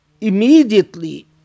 immediately